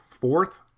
fourth